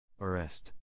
Arrest